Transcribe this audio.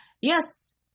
yes